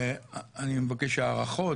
אני מבקש הערכות,